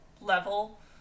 level